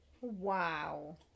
Wow